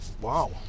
Wow